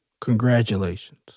congratulations